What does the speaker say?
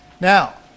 Now